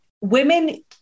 women